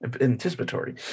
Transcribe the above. anticipatory